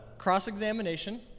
Cross-examination